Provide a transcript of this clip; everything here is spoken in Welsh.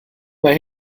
mae